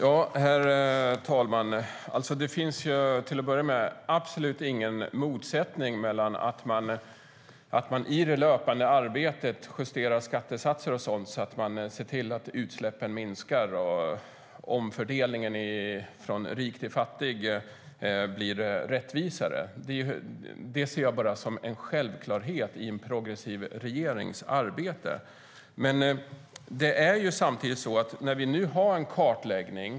Herr talman! Det finns absolut ingen motsättning mellan att å ena sidan justera skattesatser i det löpande arbetet för att se till att utsläppen minskar och att å andra sidan se till att omfördelningen från rik till fattig blir rättvisare. Det ser jag som en självklarhet i en progressiv regerings arbete. Men det är samtidigt så att vi nu har en kartläggning.